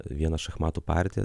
vieną šachmatų partiją